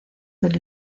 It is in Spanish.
del